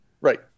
Right